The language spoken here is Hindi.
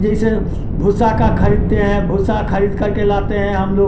जैसे भूसा का खरीदते हैं भूसा खरीद करके लाते हैं हम लोग